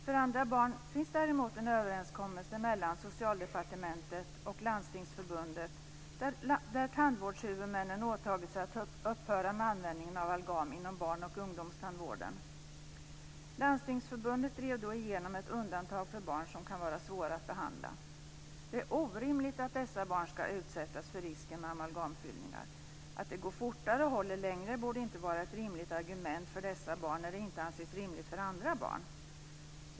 För andra barn finns däremot en överenskommelse mellan Socialdepartementet och Landstingsförbundet, där tandvårdshuvudmännen åtagit sig att upphöra med användningen av amalgam inom barn och ungdomstandvården. Men Landstingsförbundet har drivit igenom ett undantag för barn som kan vara svåra att behandla. Det är orimligt att dessa barn ska utsättas för risken med amalgamfyllningar. Att det går fortare och håller längre borde inte vara ett rimligt argument för dessa barn när det inte anses rimligt för andra barn.